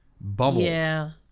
bubbles